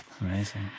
Amazing